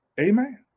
Amen